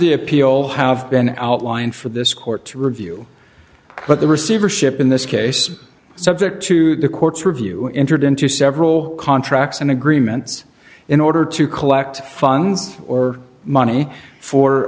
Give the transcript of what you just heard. the appeal have been outlined for this court to review but the receivership in this case subject to the court's review entered into several contracts and agreements in order to collect funds or money for